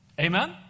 Amen